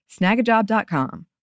Snagajob.com